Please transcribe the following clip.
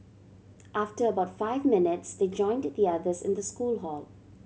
after about five minutes they joined the others in the school hall